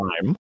time